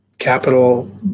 capital